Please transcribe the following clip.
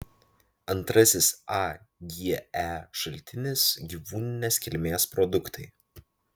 antrasis age šaltinis gyvūninės kilmės produktai